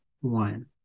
one